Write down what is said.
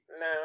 No